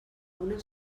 una